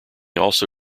also